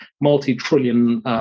multi-trillion